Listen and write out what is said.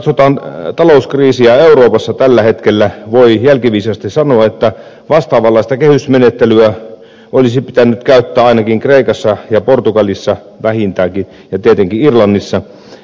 kun katsotaan talouskriisiä euroopassa tällä hetkellä voi jälkiviisaasti sanoa että vastaavanlaista kehysmenettelyä olisi pitänyt käyttää ainakin kreikassa ja portugalissa vähintäänkin ja tietenkin irlannissa